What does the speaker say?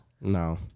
No